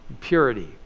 purity